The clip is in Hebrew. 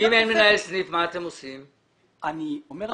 ואם אין מנהל סניף, מה אתם עושים?